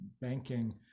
banking